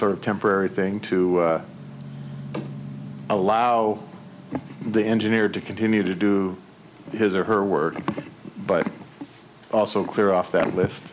sort of temporary thing to allow the engineer to continue to do his or her work but also clear off that list